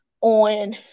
on